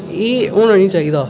एह् होना नेईं चाहिदा